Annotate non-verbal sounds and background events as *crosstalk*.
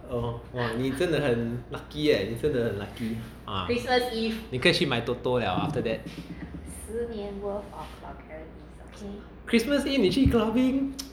oh !wah! 你真的很你真的很 lucky eh 你真的很 lucky ah 你可以去买 toto liao after that christmas eve 你去 clubbing *noise*